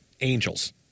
Angels